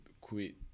Quit